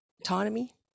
autonomy